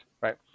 right